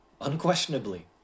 unquestionably